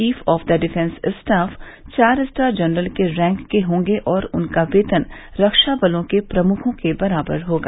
chief of defence staff चार star general के rank के हॉगे और उनका वेतन रक्षा बतों के प्रमुखों के बराबर होगा